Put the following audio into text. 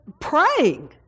praying